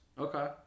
Okay